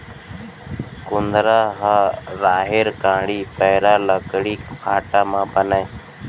कुंदरा ह राहेर कांड़ी, पैरा, लकड़ी फाटा म बनय